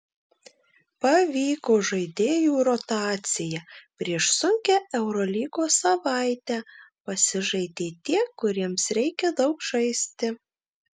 pavyko žaidėjų rotacija prieš sunkią eurolygos savaitę pasižaidė tie kuriems reikia daug žaisti